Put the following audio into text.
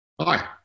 Hi